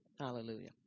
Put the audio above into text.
Hallelujah